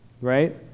right